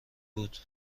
بود